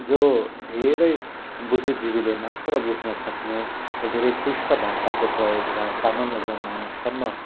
जो धेरै बुद्धिजीवीले मात्र बुझ्नसक्ने र धेरै क्लिष्ट भाषाहरूको प्रयोग भएको हुँदा सामान्य जनमानससम्म